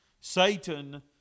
Satan